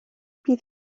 bydd